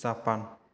Japan